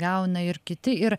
gauna ir kiti ir